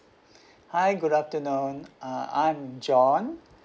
hi good afternoon uh I am john